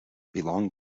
belonged